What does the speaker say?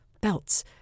belts